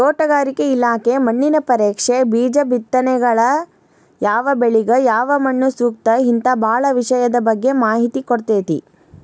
ತೋಟಗಾರಿಕೆ ಇಲಾಖೆ ಮಣ್ಣಿನ ಪರೇಕ್ಷೆ, ಬೇಜಗಳಬಿತ್ತನೆ ಯಾವಬೆಳಿಗ ಯಾವಮಣ್ಣುಸೂಕ್ತ ಹಿಂತಾ ಬಾಳ ವಿಷಯದ ಬಗ್ಗೆ ಮಾಹಿತಿ ಕೊಡ್ತೇತಿ